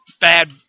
bad